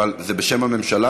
אבל זה בשם הממשלה?